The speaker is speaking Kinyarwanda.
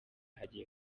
hagiye